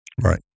Right